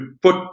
put